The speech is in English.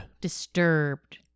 disturbed